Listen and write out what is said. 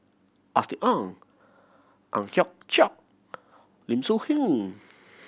Austen Ong Ang Hiong Chiok Lim Soo Ngee